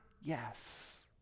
yes